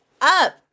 up